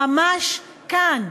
ממש כאן.